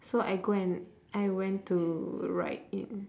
so I go and I went to write in